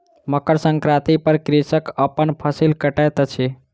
मकर संक्रांति पर कृषक अपन फसिल कटैत अछि